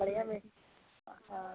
बढ़िया में ही हाँ